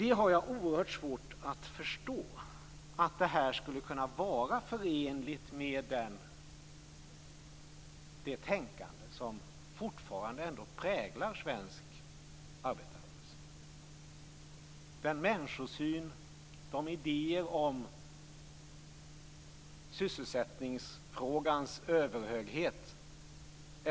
Jag har oerhört svårt att förstå att detta skulle kunna vara förenligt med det tänkande som fortfarande ändå präglar svensk arbetarrörelse, dess människosyn och dess idéer om sysselsättningsfrågans överhöghet.